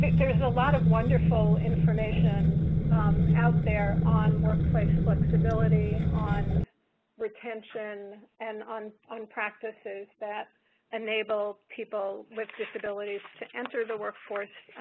there is a lot of wonderful information out there on workplace flexibility, on retention, and on on practices that enable people with disabilities to enter the workforce,